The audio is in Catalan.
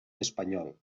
espanyol